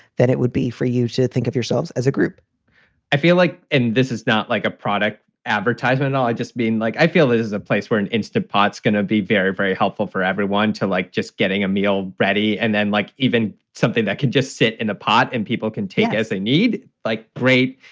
that it would be for you to think of yourselves as a group i feel like and this is not like a product advertising at all. i just being like i feel is a place where an instant pot is going to be very, very helpful for everyone to, like, just getting a meal ready and then like even something that could just sit in a pot and people can take as they need like great.